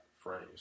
phrase